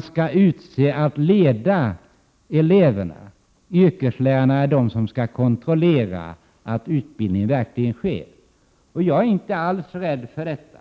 skall leda eleverna. Yrkeslärarna skall kontrollera att utbildningen verkligen sker. Jag är inte alls rädd för detta.